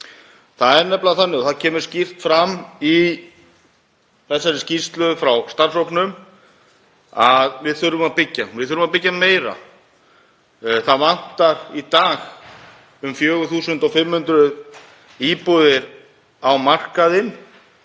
Það er nefnilega þannig, og það kemur skýrt fram í þessari skýrslu frá starfshópnum, að við þurfum að byggja. Við þurfum að byggja meira. Það vantar í dag um 4.500 íbúðir á markaðinn